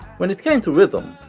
when it came to rhythm,